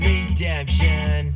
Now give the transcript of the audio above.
Redemption